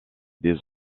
des